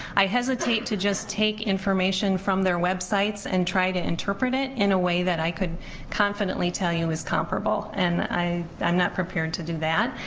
i hesitate to just take information from their websites and try to interpret it in a way that i could confidently tell you is comparable and i'm not prepared to do that,